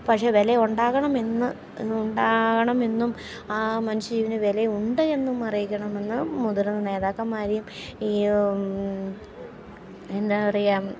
പക്ഷേ വില ഉണ്ടാകണമെന്ന് ഉണ്ടാകണമെന്നും ആ മനുഷ്യജീവന് വില ഉണ്ട് എന്നും അറിയിക്കണമെന്ന് മുതിർന്ന നേതാക്കന്മാരേയും ഈ എന്താ പറയുക